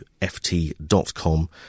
ft.com